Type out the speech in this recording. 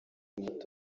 muto